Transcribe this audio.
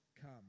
come